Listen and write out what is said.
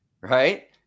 right